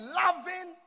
loving